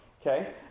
okay